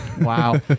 wow